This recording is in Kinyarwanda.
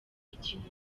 ikintu